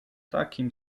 takim